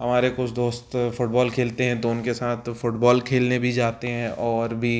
हमारे कुछ दोस्त फ़ुटबॉल खेलते हैं तो उनके साथ फ़ुटबॉल खेलने भी जाते हैं और भी